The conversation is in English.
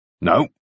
No